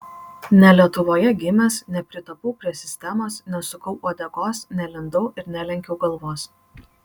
ne lietuvoje gimęs nepritapau prie sistemos nesukau uodegos nelindau ir nelenkiau galvos